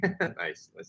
Nice